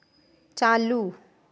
चालू